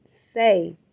say